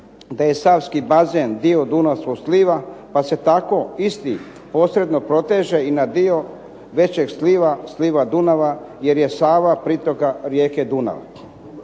da je savski bazen dio dunavskog slika pa se tako isti posredno proteže i na dio većeg sliva, sliva Dunava jer je pritoka rijeke Dunav.